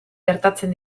gertatzen